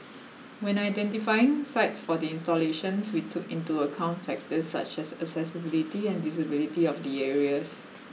when identifying sites for the installations we took into account factors such as accessibility and visibility of the areas